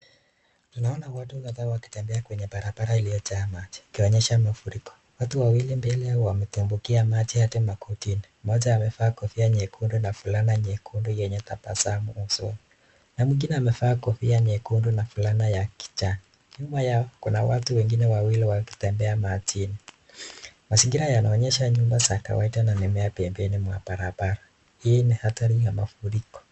Tunaona watu kadhaa wakitembea kwenye barabara iliyojaa maji ikionyesha mafuriko. Watu wawili mbele wametumbukia maji hadi makotini mmoja amevaa kofia nyekundu na fulana nyekundu yenye tabasamu usoni na mwingine amevaa kofia nyekundu na fulana ya kijani, nyuma yao kuna watu wengine wawili wakitembea majini mazingira yanaonyesha nyumba za kawaida na mimea pembeni mwa barabara hii ni hatari ya mafuriko.